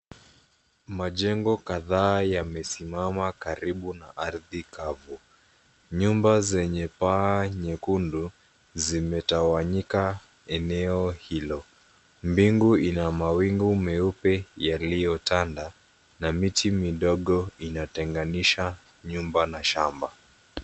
Majengo kadhaa yamesimama karibu na ardhi kavu. Nyumba zenye paa nyekundu, zimetawanyika eneo hilo. Mbingu ina mawingu meupe yaliyotanda, na miti midogo inatenganisha nyumba na shamba.